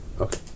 Okay